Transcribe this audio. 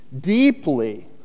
deeply